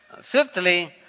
fifthly